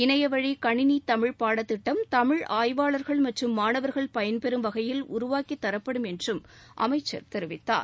இணைய வழி கணினி தமிழ் பாடத்திட்டம் தமிழ் ஆய்வாளர்கள் மற்றும் மாணவர்கள் பயன்பெறும் வகையில் உருவாக்கித் தரப்படும் என்றும் அமைச்சர் தெரிவித்தார்